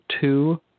two